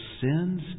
sins